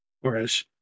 Whereas